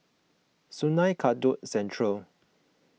Sungei Kadut Central